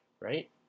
right